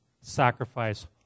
sacrifice